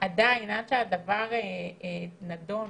עדיין עד שהדבר נדון